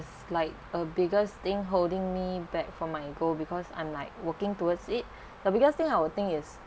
it's like a biggest thing holding me back from my goal because I'm like working towards it the biggest thing I will think is